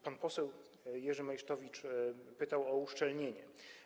Pan poseł Jerzy Meysztowicz pytał o uszczelnienie.